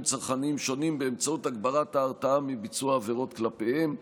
צרכניים שונים באמצעות הגברת ההרתעה מביצוע עבירות כלפיהם.